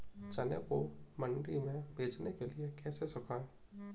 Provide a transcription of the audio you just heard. चने को मंडी में बेचने के लिए कैसे सुखाएँ?